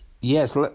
yes